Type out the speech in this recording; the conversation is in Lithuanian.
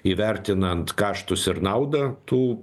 įvertinant kaštus ir naudą tų